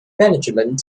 management